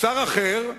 שר אחר,